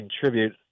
contribute